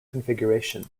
configuration